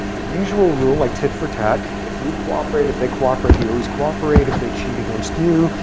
the usual rule, like tit for tat, if you cooperate, if they cooperate, you always cooperate. if they cheat against you,